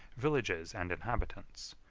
villages, and inhabitants.